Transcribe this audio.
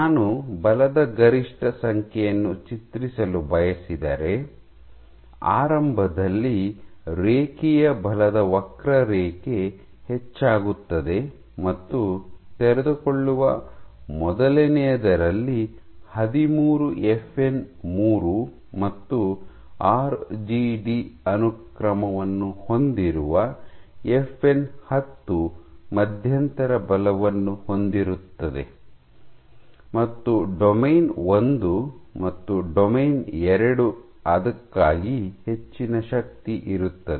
ನಾನು ಬಲದ ಗರಿಷ್ಠ ಸಂಖ್ಯೆಯನ್ನು ಚಿತ್ರಿಸಲು ಬಯಸಿದರೆ ಆರಂಭದಲ್ಲಿ ರೇಖೀಯ ಬಲದ ವಕ್ರರೇಖೆ ಹೆಚ್ಚಾಗುತ್ತದೆ ಮತ್ತು ತೆರೆದುಕೊಳ್ಳುವ ಮೊದಲನೆಯದರಲ್ಲಿ ಹದಿಮೂರು ಎಫ್ಎನ್ ಮೂರು ಮತ್ತು ಆರ್ಜಿಡಿ ಅನುಕ್ರಮವನ್ನು ಹೊಂದಿರುವ ಎಫ್ಎನ್ ಹತ್ತು ಮಧ್ಯಂತರ ಬಲವನ್ನು ಹೊಂದಿರುತ್ತದೆ ಮತ್ತು ಡೊಮೇನ್ ಒಂದು ಮತ್ತು ಡೊಮೇನ್ ಎರಡು ಗಾಗಿ ಹೆಚ್ಚಿನ ಶಕ್ತಿ ಇರುತ್ತದೆ